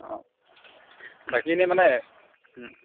অঁ বাকী এনেই মানে